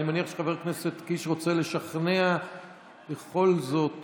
אז אני מניח שחבר הכנסת קיש רוצה לשכנע בכל זאת